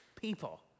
people